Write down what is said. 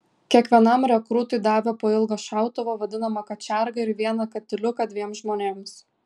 kiekvienam rekrūtui davė po ilgą šautuvą vadinamą kačergą ir vieną katiliuką dviems žmonėms